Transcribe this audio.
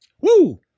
Woo